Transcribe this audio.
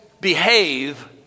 behave